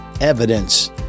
evidence